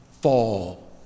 fall